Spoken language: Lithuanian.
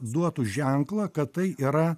duotų ženklą kad tai yra